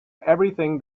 everything